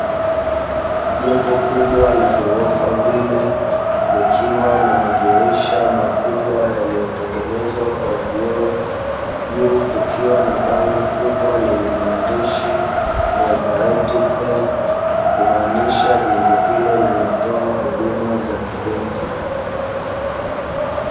Jengo kubwa la ghorofa mbili, likiwa na madirisha makubwa yaliyotengenezwa kwa vioo, juu kukiwa na bango kubwa lenye maandishi "Cooperative Bank", kumaanisha jengo hilo linatoa huduma za kibenki.